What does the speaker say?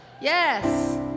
Yes